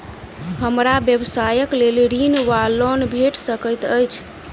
हमरा व्यवसाय कऽ लेल ऋण वा लोन भेट सकैत अछि?